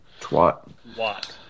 twat